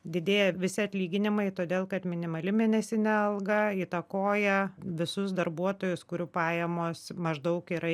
didėja visi atlyginimai todėl kad minimali mėnesinė alga įtakoja visus darbuotojus kurių pajamos maždaug yra